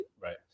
right